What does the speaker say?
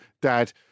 dad